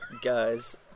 Guys